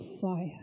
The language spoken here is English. fire